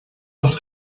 das